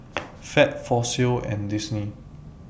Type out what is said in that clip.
Fab Fossil and Disney